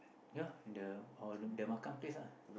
ya at the our the Makan Place lah